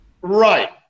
Right